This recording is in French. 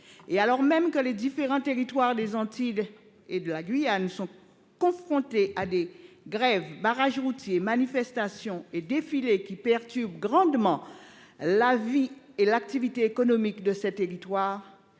et alors même que les Antilles et la Guyane sont confrontées à des grèves, barrages routiers, manifestations et défilés, qui perturbent grandement la vie et l'activité économique de leurs habitants,